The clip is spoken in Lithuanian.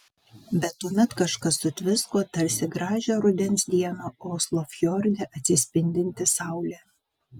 bet tuomet kažkas sutvisko tarsi gražią rudens dieną oslo fjorde atsispindinti saulė